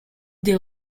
des